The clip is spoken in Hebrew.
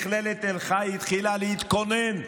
מכללת תל חי התחילה להתכונן למעבר,